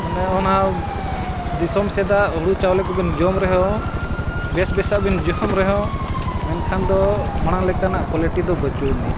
ᱢᱟᱱᱮ ᱚᱱᱟ ᱫᱤᱥᱚᱢ ᱥᱮᱫᱟᱜ ᱦᱩᱲᱩ ᱪᱟᱣᱞᱮ ᱠᱚᱵᱮᱱ ᱡᱚᱢ ᱨᱮᱦᱚᱸ ᱵᱮᱥ ᱵᱮᱥᱟᱜ ᱵᱮᱱ ᱡᱚᱢ ᱨᱮᱦᱚᱸ ᱢᱮᱱᱠᱷᱟᱱ ᱫᱚ ᱢᱟᱲᱟᱝ ᱞᱮᱠᱟᱱᱟᱜ ᱠᱳᱣᱟᱞᱤᱴᱤ ᱫᱚ ᱵᱟᱹᱪᱩᱜ ᱟᱹᱱᱤᱡ